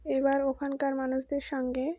এবার ওখানকার মানুষদের সঙ্গে